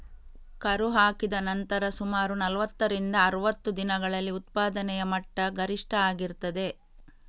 ಕರು ಹಾಕಿದ ನಂತರ ಸುಮಾರು ನಲುವತ್ತರಿಂದ ಅರುವತ್ತು ದಿನಗಳಲ್ಲಿ ಉತ್ಪಾದನೆಯ ಮಟ್ಟ ಗರಿಷ್ಠ ಆಗಿರ್ತದೆ